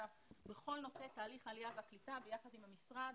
בכל נושא תהליך העלייה והקליטה ביחד עם המשרד,